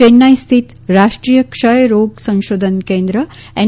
ચેન્નાઈ સ્થિત રાષ્ટ્રીય ક્ષય રોગ સંશોધન કેન્દ્ર એન